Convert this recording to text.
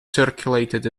circulated